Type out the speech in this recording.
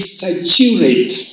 saturate